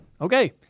okay